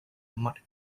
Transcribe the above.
mud